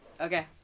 okay